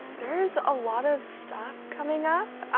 there's a lot of stuff coming up.